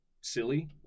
silly